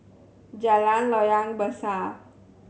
Jalan Loyang Besar